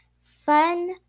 fun